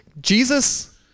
Jesus